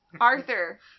Arthur